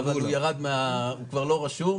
אבל הוא כבר לא רשום.